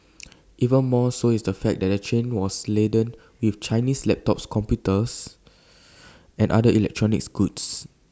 even more so is the fact that the train was laden with Chinese laptop computers and other electronic goods